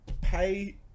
Pay